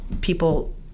people